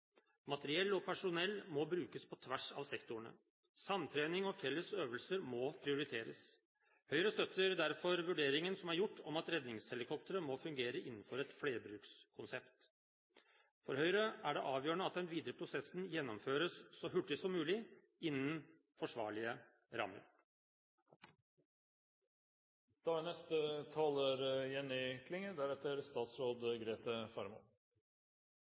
Materiell og personell må brukes på tvers av sektorene. Samtrening og felles øvelser må prioriteres. Høyre støtter derfor vurderingen som er gjort om at redningshelikoptrene må fungere innenfor et flerbrukskonsept. For Høyre er det avgjørende at den videre prosessen gjennomføres så hurtig som mulig innen forsvarlige rammer. Temaet beredskap er